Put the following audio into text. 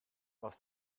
was